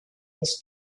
his